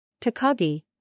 Takagi